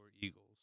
eagles